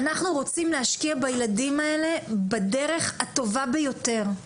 ואנחנו רוצים להשקיע בילדים האלה בדרך הטובה ביותר.